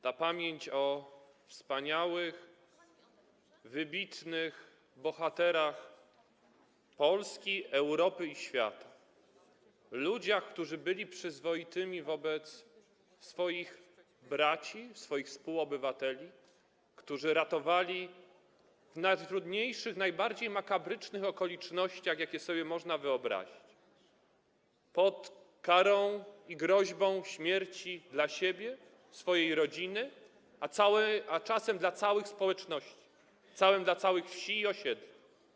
Ta pamięć dotyczy wspaniałych, wybitnych bohaterów Polski, Europy i świata, ludzi, którzy byli przyzwoici wobec swoich braci, współobywateli, którzy ratowali ich w najtrudniejszych, najbardziej makabrycznych okolicznościach, jakie można sobie wyobrazić, pod karą i groźbą śmierci dla siebie, swojej rodziny, a czasem dla całych społeczności, dla całych wsi i osiedli.